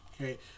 Okay